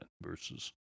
versus